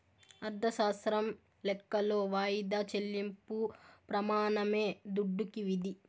అర్ధశాస్త్రం లెక్కలో వాయిదా చెల్లింపు ప్రెమానమే దుడ్డుకి విధి